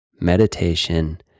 meditation